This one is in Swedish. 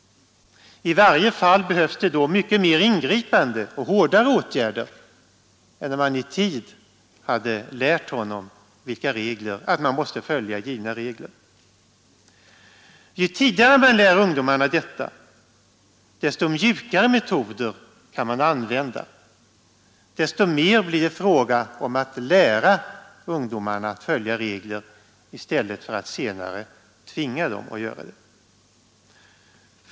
I varje fall behövs då kraftigare ingripanden och hårdare åtgärder än som skulle vara fallet, om man i tid hade lärt honom att följa givna regler. Ju tidigare man lär ungdomarna detta, desto mjukare metoder kan man använda, desto mer blir det fråga om att lära ungdomarna att följa regler i stället för att senare tvinga dem att göra det.